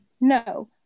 No